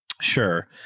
Sure